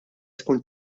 tkun